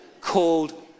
called